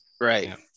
Right